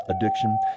addiction